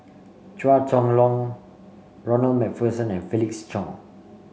Chua Chong Long Ronald MacPherson and Felix Cheong